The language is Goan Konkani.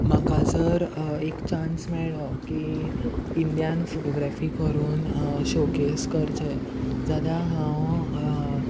म्हाका जर एक चान्स मेळ्ळो की इंडियान फोटोग्रॅफी करून शोकेस करचे जाल्या हांव